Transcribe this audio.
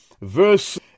verse